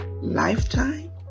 lifetime